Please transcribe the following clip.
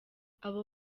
abo